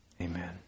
amen